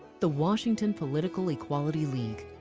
the washington political equality league.